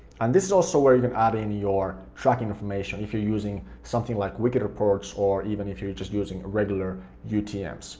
and this is also where you can add in your tracking information if you're using something like wicked reports or even if you're just using regular utms.